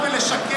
אל תשקר.